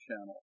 channel